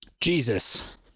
Jesus